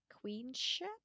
queenship